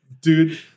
Dude